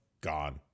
Gone